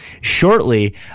shortly